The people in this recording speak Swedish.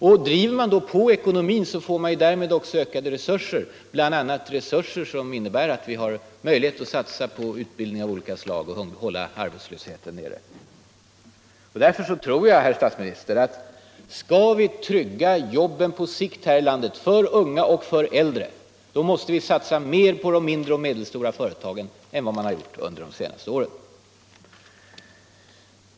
Och stimulerar man tillväxten får man Fredagen den ju därmed också ökade resurser, bl.a. resurser som innebär att vi har 19 mars 1976 möjlighet att satsa på utbildning av olika slag och hålla arbetslösheten nere. Om åtgärder mot Därför tror jag, att skall vi trygga jobben på sikt här i landet för unga — ungdomsarbetslösoch för äldre, då måste vi satsa mer på de mindre och medelstora företagen = heten än vad man har gjort under de senaste åren.